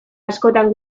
askotan